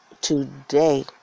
today